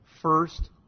First